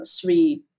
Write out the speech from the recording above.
three